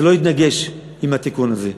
זה לא יתנגש עם התיקון הזה.